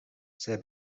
zij